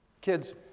Kids